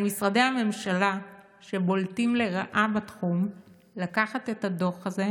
על משרדי הממשלה שבולטים לרעה בתחום לקחת את הדוח הזה,